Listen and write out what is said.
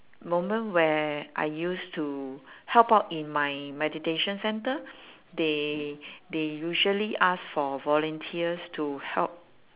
moment where I used to help out in my meditation centre they they usually ask for volunteers to help